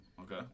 Okay